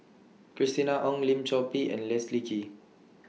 Christina Ong Lim Chor Pee and Leslie Kee